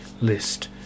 list